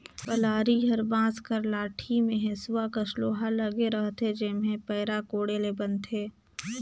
कलारी हर बांस कर लाठी मे हेसुवा कस लोहा लगे रहथे जेम्हे पैरा कोड़े ले बनथे